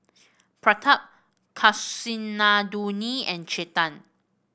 Pratap Kasinadhuni and Chetan